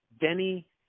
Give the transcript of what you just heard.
Denny